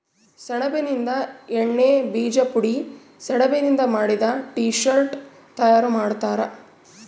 ಸೆಣಬಿನಿಂದ ಎಣ್ಣೆ ಬೀಜ ಪುಡಿ ಸೆಣಬಿನಿಂದ ಮಾಡಿದ ಟೀ ಶರ್ಟ್ ತಯಾರು ಮಾಡ್ತಾರ